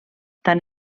tant